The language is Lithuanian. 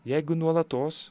jeigu nuolatos